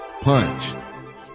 punch